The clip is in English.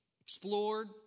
explored